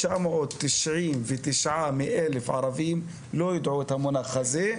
999 מתוך 1,000 ערבים לא יידעו את המונח הזה,